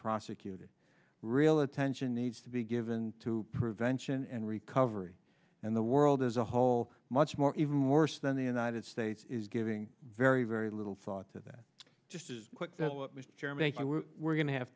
prosecuted real attention needs to be given to prevention and recovery and the world as a whole much more even worse than the united states is giving very very little thought of that just to germany we're going to have